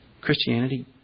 Christianity